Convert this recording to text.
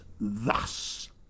thus